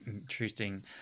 interesting